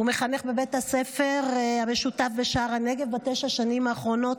הוא מחנך בבית הספר המשותף בשער הנגב בתשע השנים האחרונות.